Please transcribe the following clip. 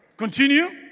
Continue